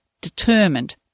determined